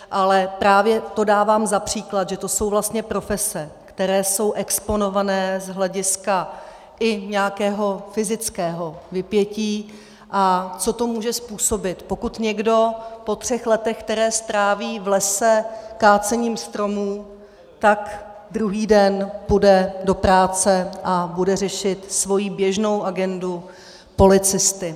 Ale právě to dávám za příklad, že to jsou vlastně profese, které jsou exponované z hlediska i nějakého fyzického vypětí, a co to může způsobit, pokud někdo po třech letech (?), která stráví v lese kácením stromů, tak druhý den půjde do práce a bude řešit svoji běžnou agendu policisty.